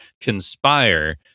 conspire